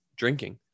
drinking